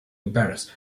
embarrass